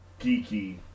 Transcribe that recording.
geeky